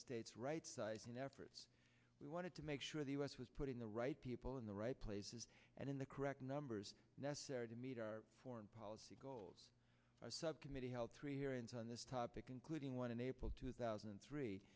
partner states rights citing efforts we wanted to make sure the us was putting the right people in the right places and in the correct numbers necessary to meet our foreign policy goals subcommittee held three hearings on this topic including one in april two thousand and three